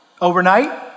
Overnight